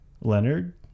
leonard